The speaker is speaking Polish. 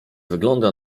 wygląda